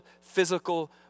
physical